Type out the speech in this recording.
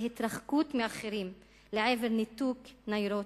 התרחקות מאחרים לעבר ניתוק נוירוטי.